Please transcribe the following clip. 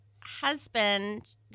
husband